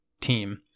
team